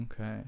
Okay